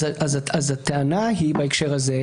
אז הטענה היא בהקשר הזה,